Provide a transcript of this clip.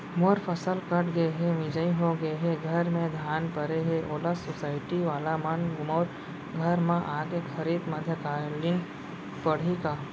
मोर फसल कट गे हे, मिंजाई हो गे हे, घर में धान परे हे, ओला सुसायटी वाला मन मोर घर म आके खरीद मध्यकालीन पड़ही का?